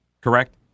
correct